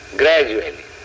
gradually